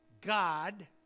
God